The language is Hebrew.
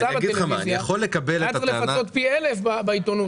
בטלוויזיה היה צריך לפצות פי אלף בעיתונות.